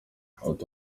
ati